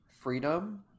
freedom